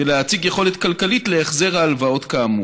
ולהציג יכולת כלכלית להחזר ההלוואות, כאמור.